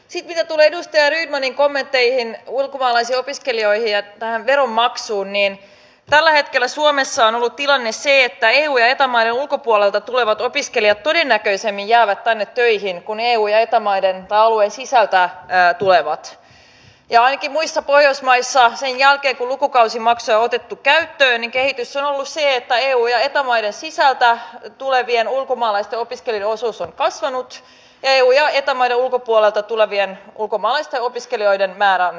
sitten mitä tulee edustaja rydmanin kommentteihin ulkomaalaista opiskelijoista ja tästä veronmaksusta niin tällä hetkellä suomessa on ollut tilanne se että eu ja eta maiden ulkopuolelta tulevat opiskelijat todennäköisemmin jäävät tänne töihin kuin eu ja eta alueen sisältä tulevat ja ainakin muissa pohjoismaissa sen jälkeen kun lukukausimaksuja on otettu käyttöön kehitys on ollut se että eu ja eta maiden sisältä tulevien ulkomaalaisten opiskelijoiden osuus on kasvanut ja eu ja eta maiden ulkopuolelta tulevien ulkomaalaisten opiskelijoiden määrä on vähentynyt